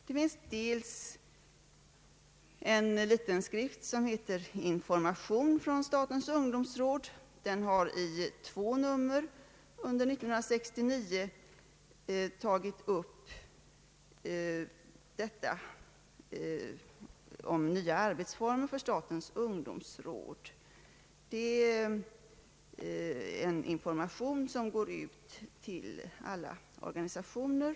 Det finns också en liten skrift som heter ”Information från statens ungdomsråd”. Den har i två nummer under 1969 tagit upp frågan om nya arbetsformer för statens ungdomsråd. Det är en information som går ut till alla organisationer.